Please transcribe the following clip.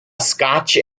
scotch